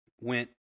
went